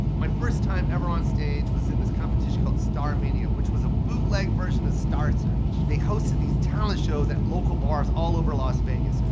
my first time ever on stage was in this competition called star mania, which was a bootleg version of star search. they hosted these talent shows at local bars all over las vegas.